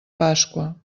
pasqua